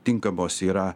tinkamos yra